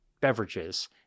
beverages